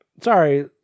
sorry